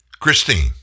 Christine